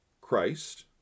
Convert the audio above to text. Christ